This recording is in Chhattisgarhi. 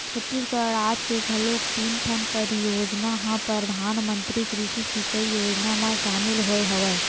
छत्तीसगढ़ राज के घलोक तीन ठन परियोजना ह परधानमंतरी कृषि सिंचई योजना म सामिल होय हवय